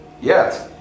Yes